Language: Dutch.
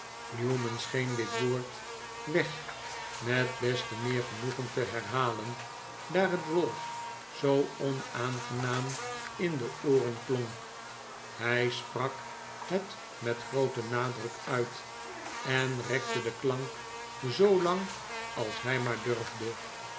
newman scheen dit woord weg met des te meer genoegen te herhalen daar het ralph zoo onaangenaam in de ooren monk hij sprak het met grooten nadruk uit en rekte den klank zoolang als hij maar durfde